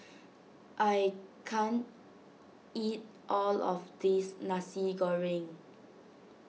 I can't eat all of this Nasi Goreng